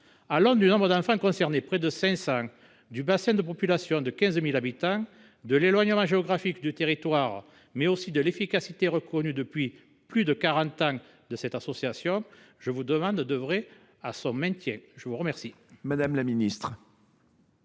tenu du nombre d’enfants concernés – près de 500 –, du bassin de population – 15 000 habitants –, de l’éloignement géographique du territoire, mais aussi de l’efficacité reconnue depuis près de quarante ans à cette association, je vous demande d’œuvrer à son maintien. La parole est à Mme la ministre